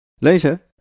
Later